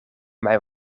mijn